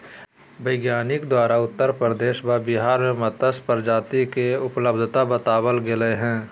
वैज्ञानिक द्वारा उत्तर प्रदेश व बिहार में मत्स्य प्रजाति के उपलब्धता बताबल गले हें